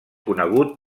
conegut